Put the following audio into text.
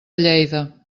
lleida